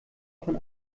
von